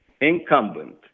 incumbent